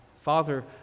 Father